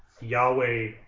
Yahweh